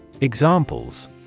Examples